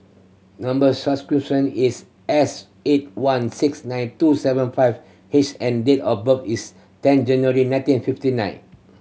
number is S eight one six nine two seven five H and date of birth is ten January nineteen fifty nine